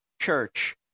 church